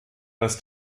als